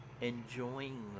enjoying